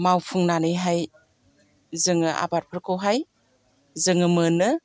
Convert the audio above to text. मावफुंनानैहाय जोङो आबादफोरखौहाय जोङो मोनो